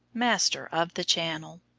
master of the channel.